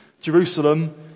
Jerusalem